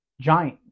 giant